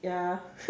ya